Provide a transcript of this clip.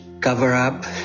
cover-up